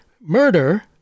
murder